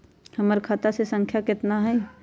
हमर खाता संख्या केतना हई?